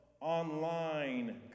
online